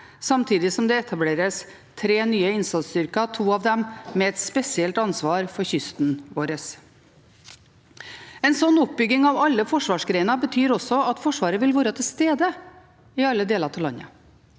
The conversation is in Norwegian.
Samtidig etableres det tre nye innsatsstyrker, to av dem med et spesielt ansvar for kysten vår. En slik oppbygging av alle forsvarsgrener betyr også at Forsvaret vil være til stede i alle deler av landet.